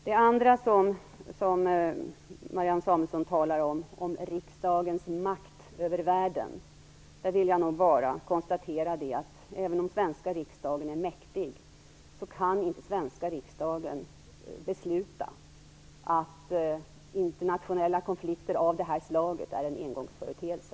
Beträffande det andra som Marianne Samuelsson talar om, riksdagens makt över världen, vill jag nog bara konstatera att även om svenska riksdagen är mäktig kan inte svenska riksdagen besluta att internationella konflikter av det här slaget är en engångsföreteelse.